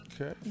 Okay